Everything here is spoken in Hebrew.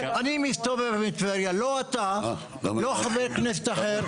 אני מסתובב בטבריה, לא אתה ולא חבר כנסת אחר.